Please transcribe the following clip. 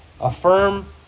affirm